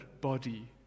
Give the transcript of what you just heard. body